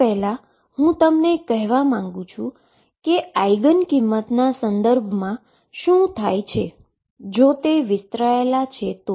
તે પહેલાં હું તમને કહેવા માંગુ છું કે આઈગન વેલ્યુના સંદર્ભમાં શું થાય છે જો તે સ્પ્રેડ થયેલા છે તો